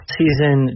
season